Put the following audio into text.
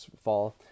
fall